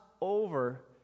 over